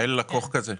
אין לקוח כזה.